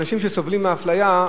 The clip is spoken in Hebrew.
אנשים שסובלים מאפליה,